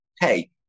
Hey